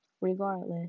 regardless